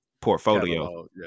portfolio